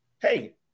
Hey